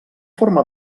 forma